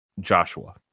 Joshua